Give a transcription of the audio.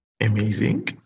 amazing